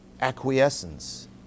acquiescence